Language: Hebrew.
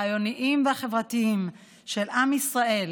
הרעיוניים והחברתיים של עם ישראל